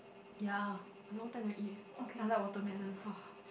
ya I long time never eat eh and I like watermelon !wah!